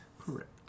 Correct